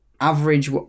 average